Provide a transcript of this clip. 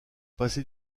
passer